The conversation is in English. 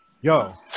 Yo